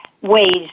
ways